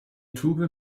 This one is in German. tube